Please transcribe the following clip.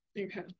Okay